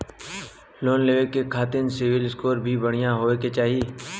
Loan लेवे के खातिन सिविल स्कोर भी बढ़िया होवें के चाही?